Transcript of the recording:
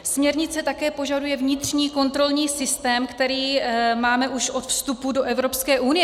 Směrnice také požaduje vnitřní kontrolní systém, který máme už od vstupu do Evropské unie.